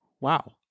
wow